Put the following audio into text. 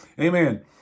Amen